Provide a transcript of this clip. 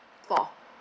four